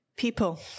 People